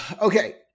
Okay